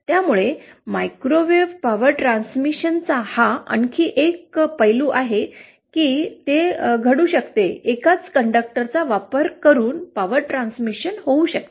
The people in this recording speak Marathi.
त्यामुळे मायक्रोवेव्ह पॉवर ट्रान्समिशनचा हा आणखी एक पैलू आहे की ते घडू शकते एकाच कंडक्टरचा वापर करून पॉवर ट्रान्समिशन होऊ शकते